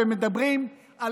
והם מדברים על